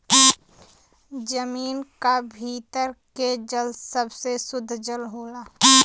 जमीन क भीतर के जल सबसे सुद्ध जल होला